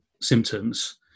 symptoms